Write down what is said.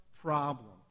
problem